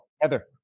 Heather